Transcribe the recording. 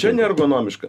čia ne ergonomiška